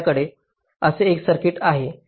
आपल्याकडे असे एक सर्किट आहे